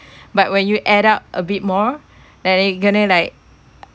but when you add up a bit more then then and then you going to like